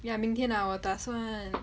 ya 明天 ah 我打算